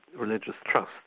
religious trust.